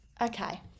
okay